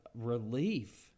relief